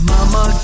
Mama